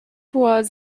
was